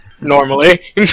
normally